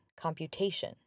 computation